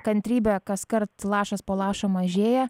kantrybė kaskart lašas po lašo mažėja